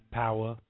power